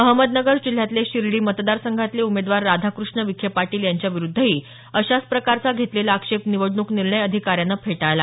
अहमदनगर जिल्ह्यातले शिर्डी मतदारसंघातले उमेदवार राधाकृष्ण विखे पाटील यांच्याविरूद्धही अशाच प्रकारचा घेतलेला आक्षेप निवडणूक निर्णय अधिकाऱ्याने फेटाळला